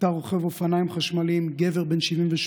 נפטר רוכב אופניים חשמליים, גבר בן 78,